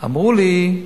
אמרו לי: